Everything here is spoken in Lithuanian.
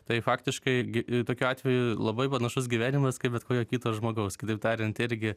tai faktiškai gi tokiu atveju labai panašus gyvenimas kaip bet kurio kito žmogaus kitaip tariant irgi